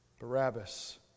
Barabbas